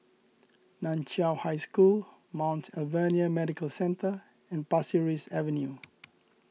Nan Chiau High School Mount Alvernia Medical Centre and Pasir Ris Avenue